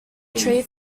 tree